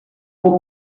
por